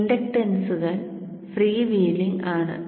ഇൻഡക്റ്റൻസുകൾ free wheeling ആണ്